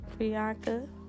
Priyanka